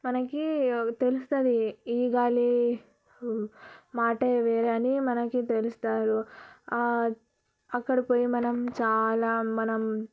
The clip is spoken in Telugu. మనకి తెలుస్తుంది ఈ గాలి మాట వేరని మనకి తెలుస్తారు అక్కడ పోయి మనం చాలా మనం